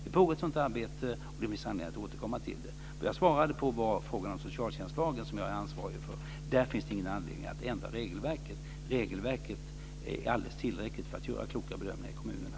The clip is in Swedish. Det pågår ett sådant arbete och det finns anledning att återkomma till det. Det jag svarade på var frågan om socialtjänstlagen som jag är ansvarig för. Där finns det ingen anledning att ändra regelverket. Det är alldeles tillräckligt för att man ska kunna göra kloka bedömningar i kommunerna.